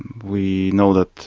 we know that